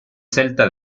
celta